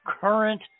current